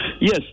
Yes